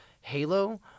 Halo